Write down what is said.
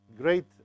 great